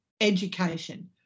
education